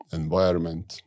environment